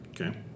Okay